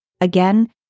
again